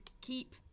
keep